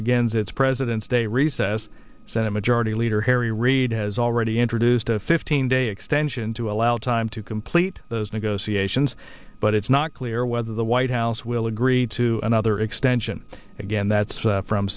begins its presidents day recess senate majority leader harry reid has already introduced a fifteen day extension to allow time to complete those negotiations but it's not clear whether the white house will agree to another extension again that's from